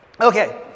Okay